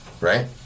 right